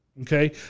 okay